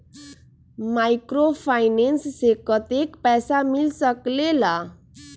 Microfinance से कतेक पैसा मिल सकले ला?